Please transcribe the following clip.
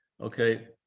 Okay